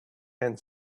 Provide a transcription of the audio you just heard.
and